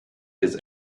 his